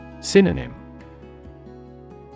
Synonym